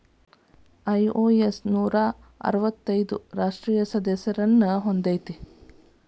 IOS ನೂರಾ ಅರ್ವತ್ತೈದು ರಾಷ್ಟ್ರೇಯ ಸದಸ್ಯರನ್ನ ಹೊಂದೇದ